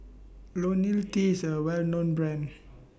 Ionil T IS A Well known Brand